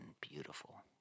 beautiful